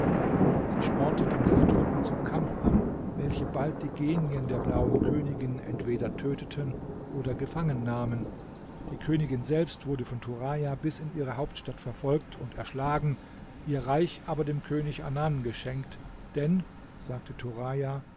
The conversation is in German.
sie spornte dann seine truppen zum kampf an welche bald die genien der blauen königin entweder töteten oder gefangennahmen die königin selbst wurde von turaja bis in ihre hauptstadt verfolgt und erschlagen ihr reich aber dem könig anan geschenkt denn sagte turaja